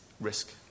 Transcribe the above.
risk